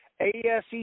ASE